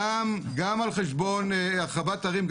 הרחבת ערים,